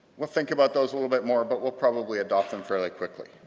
we'll think about those a little bit more but we'll probably adopt them fairly quickly.